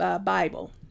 Bible